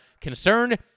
concerned